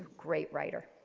great writer.